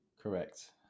Correct